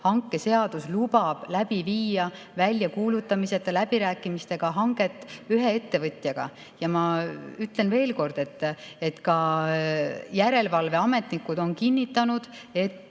Hankeseadus lubab läbi viia väljakuulutamiseta läbirääkimistega hanget ühe ettevõtjaga. Ja ma ütlen veel kord, et ka järelevalveametnikud on kinnitanud, et